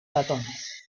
ratones